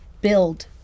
build